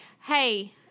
hey